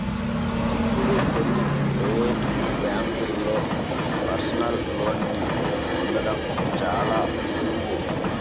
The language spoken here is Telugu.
ఇప్పుడు కొన్ని ప్రవేటు బ్యేంకుల్లో పర్సనల్ లోన్ని పొందడం చాలా సులువు